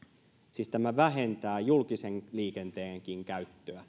siis tämä vähentää julkisenkin liikenteen käyttöä